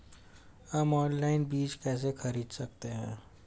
हम ऑनलाइन बीज कैसे खरीद सकते हैं?